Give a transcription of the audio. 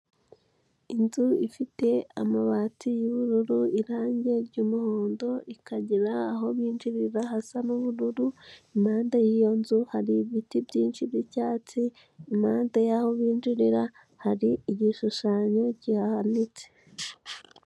Inzu ifite amabati y'ubururu, irange ry'umuhondo, ikagira aho binjirira hasa n'ubururu, impande y'iyo nzu hari ibiti byinshi by'icyatsi, impande y'aho binjirira hari igishushanyo kihahanitse.